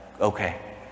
okay